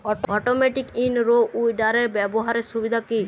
Automatic in row উইডারের ব্যবহারের সুবিধা কি?